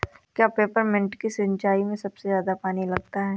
क्या पेपरमिंट की सिंचाई में सबसे ज्यादा पानी लगता है?